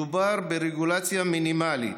מדובר ברגולציה מינימלית,